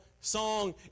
song